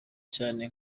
cyane